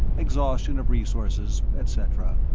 exhaustion of resources, et cetera.